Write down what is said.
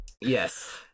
Yes